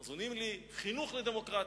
אז עונים לי: חינוך לדמוקרטיה.